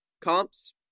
Comps